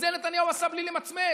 את זה נתניהו עשה בלי למצמץ.